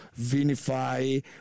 vinify